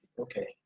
Okay